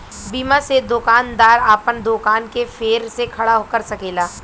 बीमा से दोकानदार आपन दोकान के फेर से खड़ा कर सकेला